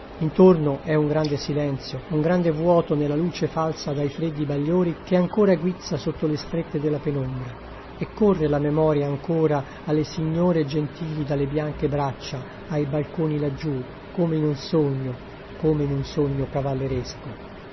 intorno è un grande silenzio un grande vuoto nella luce falsa dai freddi bagliori che ancora guizza sotto le strette della penombra e corre la memoria ancora alle signore gentili dalle bianche braccia ai balconi laggiù come in un sogno come in un sogno cavalleresco